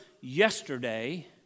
yesterday